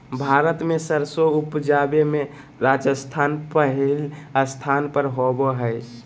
भारत मे सरसों उपजावे मे राजस्थान पहिल स्थान पर आवो हय